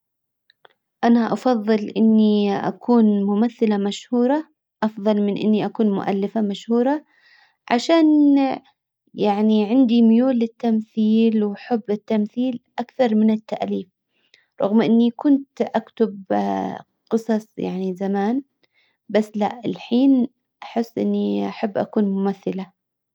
انا افضل اني اكون ممثلة مشهورة افضل من اني اكون مؤلفة مشهورة عشان يعني عندي ميول للتمثيل وحب التمثيل اكثر من التأليف رغم اني كنت اكتب قصص يعني زمان بس لأ الحين احس اني احب اكون ممثلة.